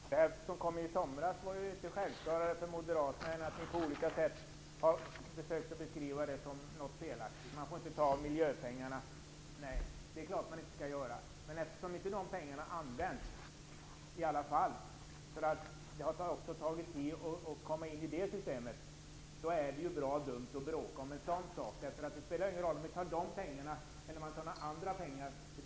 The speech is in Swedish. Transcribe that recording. Herr talman! Det som hände i somras var inte mer självklart för Moderaterna än att de på olika sätt har försökt beskriva det som något felaktigt. Man får naturligtvis inte ta av miljöpengarna, men de pengarna används i alla fall inte, eftersom det tar tid att komma in i det systemet, och då är det ju bra dumt att bråka om en sådan sak. Det spelar ingen roll om man tar de pengarna eller om man tar några andra pengar.